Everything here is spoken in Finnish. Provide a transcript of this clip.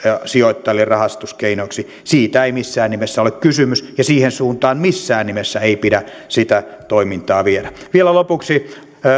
sijoittajille rahastuskeinoksi siitä ei missään nimessä ole kysymys ja siihen suuntaan missään nimessä ei pidä sitä toimintaa viedä vielä lopuksi